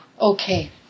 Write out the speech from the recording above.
Okay